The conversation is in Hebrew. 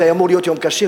שהיה אמור להיות יום קשה,